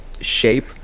shape